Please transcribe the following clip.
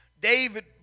David